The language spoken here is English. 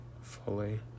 Fully